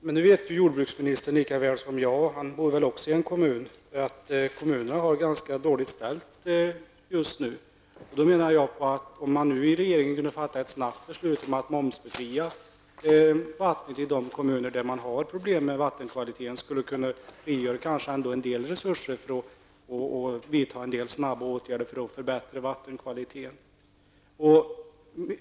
Herr talman! Jordbruksministern vet lika väl som jag, han bor ju också i en kommun, att kommunerna har det ganska dåligt ställt just nu. Om regeringen kunde fatta ett snabbt beslut om att momsbefria vatten i de kommuner där man har problem med vattenkvaliteten, skulle detta kanske ändå frigöra en del resurser för att vidta en del snara åtgärder för att förbättra vattenkvaliteten.